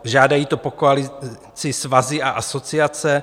Žádají to po koalici svazy a asociace?